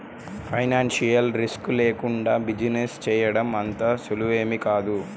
financial risk లేకుండా business చేయడం అంత సులువేమీ కాదు